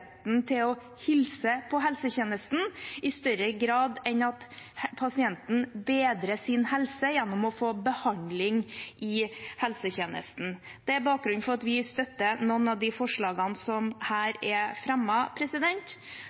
til å hilse på helsetjenesten i større grad enn at pasienten bedrer sin helse gjennom å få behandling i helsetjenesten. Det er bakgrunnen for at vi støtter noen av de forslagene som her er